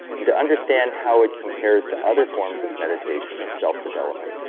and to understand how it compares to other forms of meditation, or self-development,